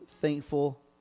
thankful